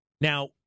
Now